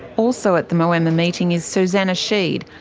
also at the moama meeting is suzanna sheed,